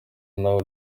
nawe